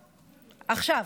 עכשיו,